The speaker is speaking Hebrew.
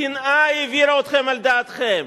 השנאה העבירה אתכם על דעתכם.